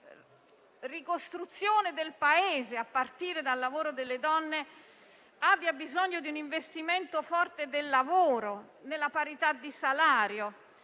la ricostruzione del Paese, a partire dal lavoro delle donne, ha bisogno di un investimento forte nel lavoro, nella parità di salario.